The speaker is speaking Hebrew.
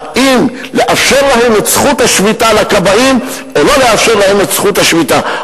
האם לאפשר את זכות השביתה לכבאים או לא לאפשר להם את זכות השביתה,